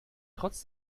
trotz